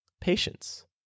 patience